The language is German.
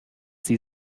sie